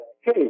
hey